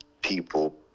people